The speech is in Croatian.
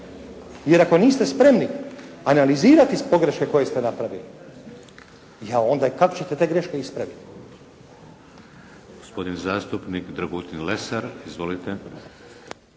Jer ako niste spremni analizirati pogreške koje ste napravili, je onda kako ćete te greške ispraviti?